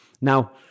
Now